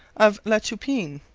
of la toupine,